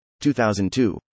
2002